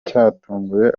cyatunguye